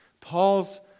Paul's